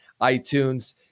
iTunes